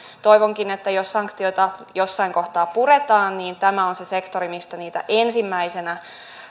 toivonkin että jos sanktioita jossain kohtaa puretaan niin tämä on se sektori mistä niitä ensimmäisenä